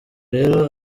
rero